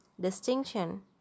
distinction